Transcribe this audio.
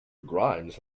grimes